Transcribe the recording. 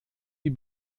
die